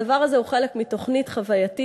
הדבר הזה הוא חלק מתוכנית חווייתית,